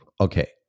Okay